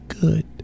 good